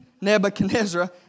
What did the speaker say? Nebuchadnezzar